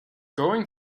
going